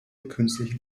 künstlichen